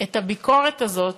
שאת הביקורת הזאת,